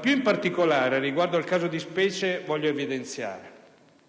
Più in particolare, riguardo al caso di specie, voglio evidenziare